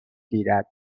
گیرد